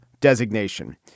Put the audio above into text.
designation